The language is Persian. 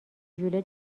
ژوله